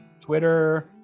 Twitter